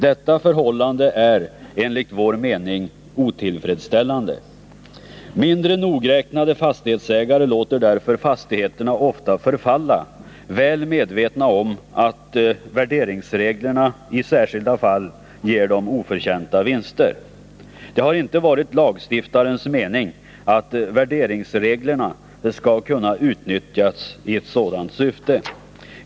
Detta förhållande är enligt vår mening otillfredsställande. Mindre nogräknade fastighetsägare låter ofta fastigheterna förfalla, väl medvetna om att värderingsreglerna i särskilda fall ger dem oförtjänta vinster. Det har inte varit lagstiftarens mening att värderingsreglerna skall kunna utnyttjas i ett sådant syfte.